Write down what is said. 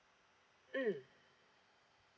mm